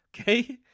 okay